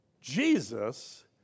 Jesus